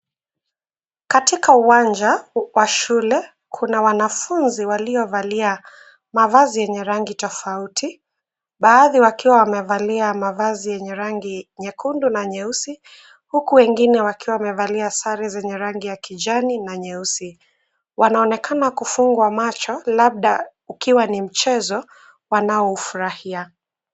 Katika uwanja wa shule kuna wanafunzi waliovalia mavazi yenye rangi tofauti, baadhi wakiwa wamevalia mavazi yenye rangi nyekundu na nyeusi. Huku wengine wakiwa wamevalia sare zenye rangi ya kijani na nyeusi. Wanaonekana kufungwa macho labda ukiwa ni mchezo wanaoufurahia.